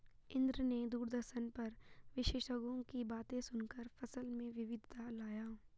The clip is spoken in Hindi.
इंद्र ने दूरदर्शन पर विशेषज्ञों की बातें सुनकर फसल में विविधता लाया